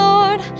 Lord